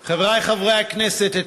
חופש זה ערך,